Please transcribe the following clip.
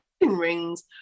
rings